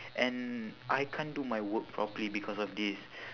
and I can't do my work properly because of this